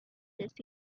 this